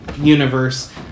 universe